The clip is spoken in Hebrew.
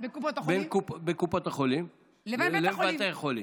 בין קופות החולים לבין בתי החולים.